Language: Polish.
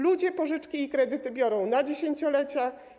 Ludzie pożyczki i kredyty biorą na dziesięciolecia.